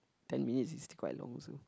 ten minutes is quite long also